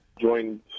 joined